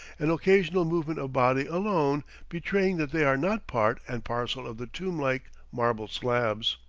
an occasional movement of body alone betraying that they are not part and parcel of the tomb-like marble slabs.